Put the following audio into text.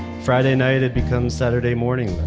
friday night had become saturday morning,